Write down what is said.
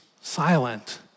silent